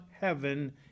heaven